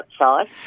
outside